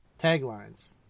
Taglines